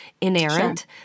inerrant